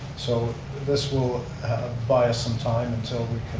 so this will buy us some time until we